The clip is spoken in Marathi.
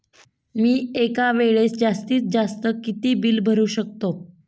मी एका वेळेस जास्तीत जास्त किती बिल भरू शकतो?